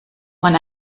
man